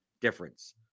difference